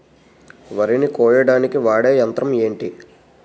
వరి ని కోయడానికి వాడే యంత్రం ఏంటి?